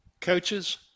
Coaches